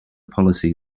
policy